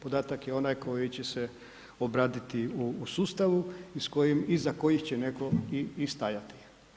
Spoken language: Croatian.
Podatak je onaj koji će se obraditi u sustavu i iza kojih će netko i stajati.